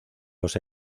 los